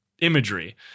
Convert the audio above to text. imagery